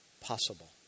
possible